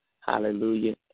hallelujah